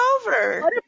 over